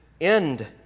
end